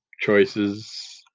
choices